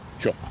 Sure